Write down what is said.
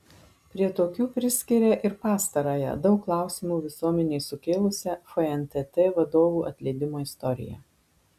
prie tokių priskiria ir pastarąją daug klausimų visuomenei sukėlusią fntt vadovų atleidimo istoriją